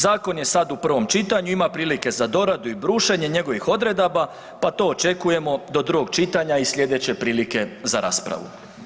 Zakon je sad u prvom čitanju ima prilike za doradu i brušenje njegovih odredaba pa to očekujemo do drugog čitanja i sljedeće prilike za raspravu.